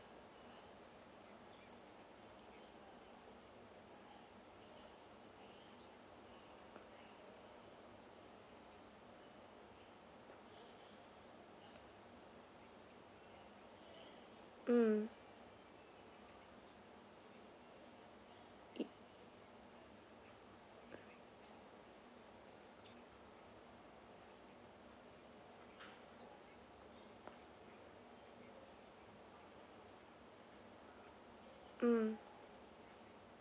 mm i~ mm